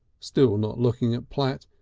still not looking at platt.